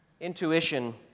Intuition